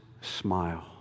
smile